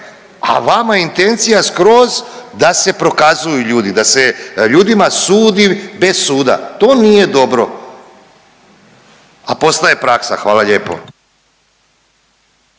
a vama je intencija skroz da se prokazuju ljudi, da se ljudima sudi bez suda. To nije dobro, a postaje praksa. Hvala lijepo.